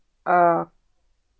uh